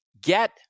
get